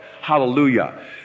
Hallelujah